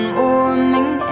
warming